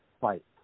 fight